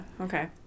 okay